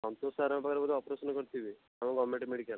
ସନ୍ତୋଷ୍ ସାର୍ଙ୍କ ପାଖରେ ବୋଧେ ଅପରେସନ୍ କରିଥିବେ ଆମ ଗଭର୍ଣ୍ଣମେଣ୍ଟ୍ ମେଡ଼ିକାଲ୍